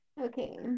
Okay